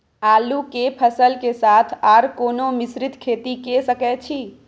आलू के फसल के साथ आर कोनो मिश्रित खेती के सकैछि?